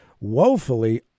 woefully